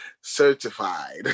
certified